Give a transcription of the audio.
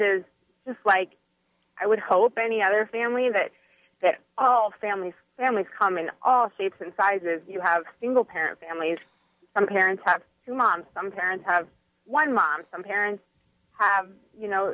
is just like i would hope any other family that all families families come in all shapes and sizes you have single parent families some parents have two moms some parents have one mom some parents have you know